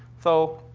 so,